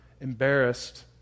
embarrassed